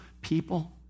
people